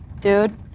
Dude